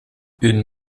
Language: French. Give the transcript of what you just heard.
une